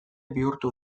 bihurtu